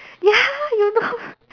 ya you know